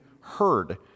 heard